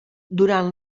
durant